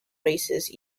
races